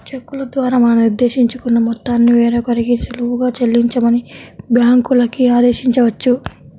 చెక్కుల ద్వారా మనం నిర్దేశించుకున్న మొత్తాన్ని వేరొకరికి సులువుగా చెల్లించమని బ్యాంకులకి ఆదేశించవచ్చు